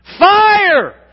Fire